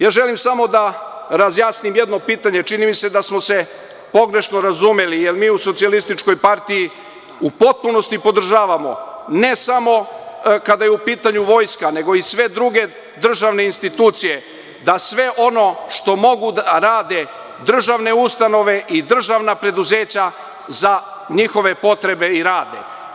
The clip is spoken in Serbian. Ja želim samo da razjasnim jedno pitanje, čini mi se da smo se pogrešno razumeli, jer mi u SPS u potpunosti podržavamo ne samo kada je u pitanju vojska, nego i sve druge državne institucije, da sve ono što mogu da rade državne ustanove i državna preduzeća za njihove potrebe i rade.